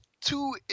two